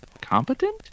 competent